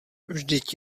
vždyť